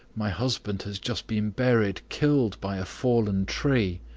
my husband has just been buried, killed by a falling tree.